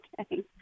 Okay